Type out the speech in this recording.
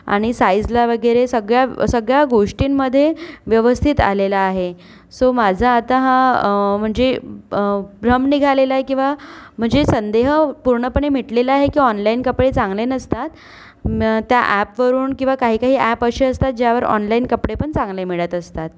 आणि साइझला वगैरे सगळ्या सगळ्या गोष्टींमधे व्यवस्थित आलेलं आहे सो माझा आता हा म्हणजे भ्रम निघालेला आहे किंवा म्हणजे संदेह पूर्णपणे मिटलेला आहे की ऑनलाईन कपडे चांगले नसतात त्या ॲपवरून किंवा काही काही ॲप असे असतात ज्यावर ऑनलाईन कपडे पण चांगले मिळत असतात